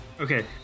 Okay